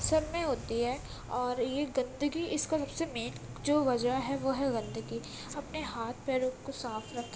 سب میں ہوتی ہے اور یہ گندگی اِس کا سب سے مین جو وجہ ہے وہ ہے گندگی اپنے ہاتھ پیروں کو صاف رکھیں